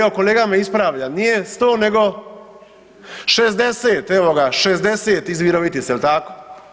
Evo kolega me ispravlja, nije 100 nego …… [[Upadica sa strane, ne razumije se.]] 60, evo ga, 60 iz Virovitice, jel tako?